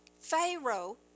Pharaoh